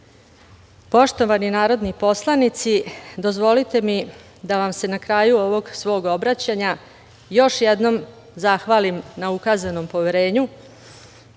građane. Poštovani narodni poslanici dozvolite mi da vam se na kraju ovog svog obraćanja još jednom zahvalim na ukazanom poverenju,